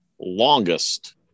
longest